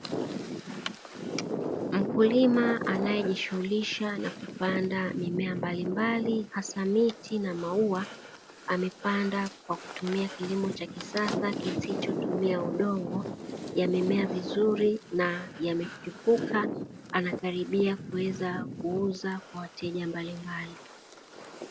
Mkulima anayejishughulisha na kupanda mimea mbalimbali, hasa miti na maua, amepanda kwa kutumia kilimo cha kisasa kisichotumia udongo, yamemea vizuri na yamechipuka anakaribia kuweza kuuza kwa wateja mbalimbali.